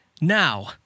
now